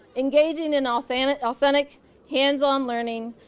engaging in authentic authentic hands-on learning,